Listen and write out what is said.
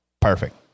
perfect